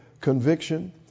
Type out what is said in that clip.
conviction